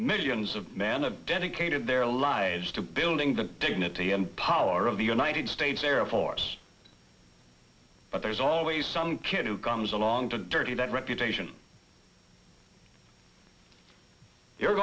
millions of man a dedicated their lives to building the dignity and power of the united states air force but there's always some kid who comes along to dirty that reputation you're